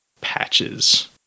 patches